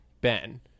Ben